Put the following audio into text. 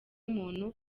umuntu